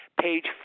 Page